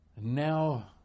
Now